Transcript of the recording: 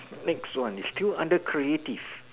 next one is still under creative